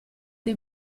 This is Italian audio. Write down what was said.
dei